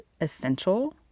essential